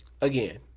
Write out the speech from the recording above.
again